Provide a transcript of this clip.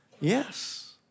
yes